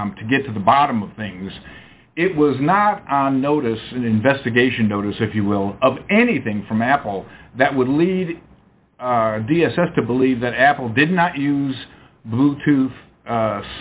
om to get to the bottom of things it was not on notice an investigation notice if you will of anything from apple that would lead d s s to believe that apple did not use bluetooth